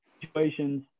situations